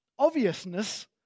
Obviousness